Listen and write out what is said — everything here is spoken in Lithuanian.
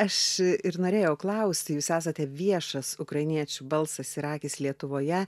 aš ir norėjau klausti jūs esate viešas ukrainiečių balsas ir akys lietuvoje